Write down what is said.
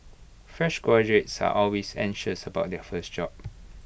fresh graduates are always anxious about their first job